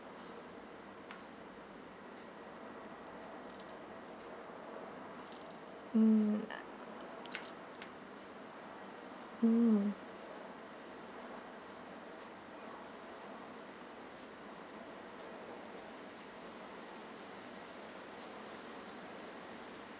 mm mm